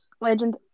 Legend